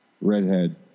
Redhead